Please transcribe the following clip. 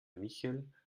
michel